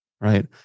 right